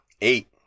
Eight